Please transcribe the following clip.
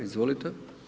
Izvolite.